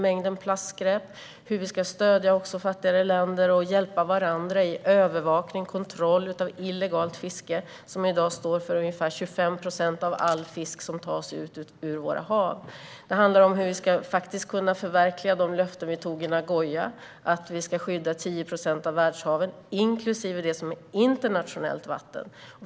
Det handlar också om hur vi kan stödja fattigare länder och hjälpa varandra med övervakning och kontroll av illegalt fiske, som i dag står för ungefär 25 procent av all fisk som tas ut ur våra hav. Det handlar vidare om hur vi faktiskt ska kunna förverkliga de löften som vi avgav i Nagoya om att skydda 10 procent av världshaven, inklusive det som är internationellt vatten.